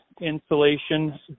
insulation